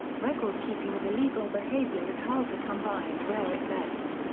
record keeping of illegal behaviour is hard to come by and rare at best.